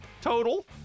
total